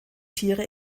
tiere